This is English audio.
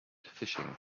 fishing